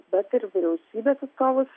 bet ir vyriausybės atstovus